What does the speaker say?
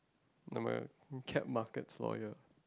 no my kept markets lawyer